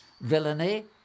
Villainy